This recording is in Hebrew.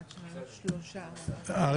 3. הצבעה הרוויזיה לא נתקבלה אני בעד הרוויזיה.